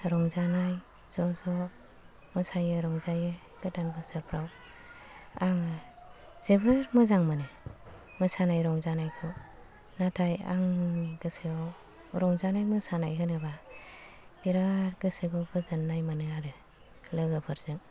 रंजानाय ज' ज' मोसायो रंजायो गोदान बोसोरफ्राव आङो जोबोर मोजां मोनो मोसानाय रंजानायखौ नाथाय आंनि गोसोआव रंजानाय मोसानाय होनोबा बिराद गोसोखौ गोजोननाय मोनो आरो लोगोफोरजों